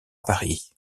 paris